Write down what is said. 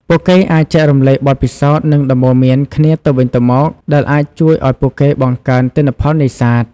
ពួកគេអាចចែករំលែកបទពិសោធន៍ និងដំបូន្មានគ្នាទៅវិញទៅមក ដែលអាចជួយឱ្យពួកគេបង្កើនទិន្នផលនេសាទ។